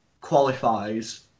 qualifies